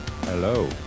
Hello